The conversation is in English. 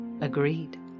agreed